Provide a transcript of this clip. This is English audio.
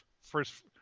first